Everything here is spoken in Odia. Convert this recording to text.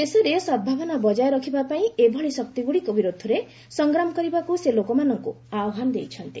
ଦେଶରେ ସଦ୍ଭାବନା ବଜାୟ ରଖିବା ପାଇଁ ଏଭଳି ଶକ୍ତିଗୁଡ଼ିକ ବିରୁଦ୍ଧରେ ସଂଗ୍ରାମ କରିବାକୁ ସେ ଲୋକମାନଙ୍କୁ ଆହ୍ବାନ ଦେଇଛନ୍ତି